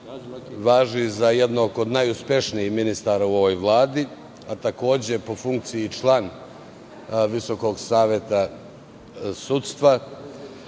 važi za jednog od najuspešnijih ministara u ovoj vladi, a takođe je po funkciji član Visokog saveta sudstva,